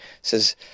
Says